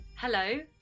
hello